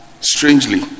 strangely